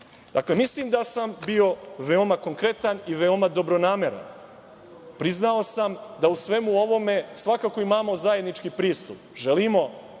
mislim da sam bio veoma konkretan i veoma dobronameran. Priznao sam da u svemu ovome svakako imamo zajednički pristup. Želimo